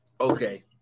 Okay